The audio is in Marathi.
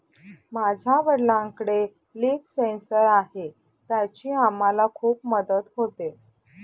माझ्या वडिलांकडे लिफ सेन्सर आहे त्याची आम्हाला खूप मदत होते